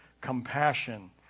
compassion